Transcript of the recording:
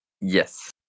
Yes